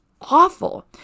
awful